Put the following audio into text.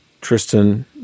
Tristan